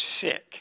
sick